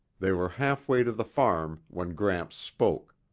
they were halfway to the farm when gramps spoke,